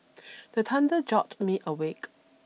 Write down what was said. the thunder jolt me awake